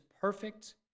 perfect